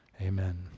Amen